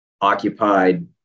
occupied